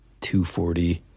240